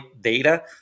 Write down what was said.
data